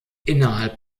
innerhalb